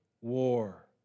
war